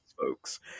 folks